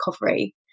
recovery